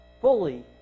fully